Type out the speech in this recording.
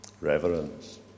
reverence